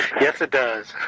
yes it does.